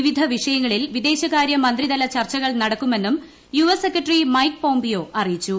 വിവിധ വിഷയങ്ങളിൽ വിദേശകാര്യമന്ത്രിതല ചർച്ചകൾ നടക്കുമെന്നും U S secretary Mike Pompeo അറിയിച്ചു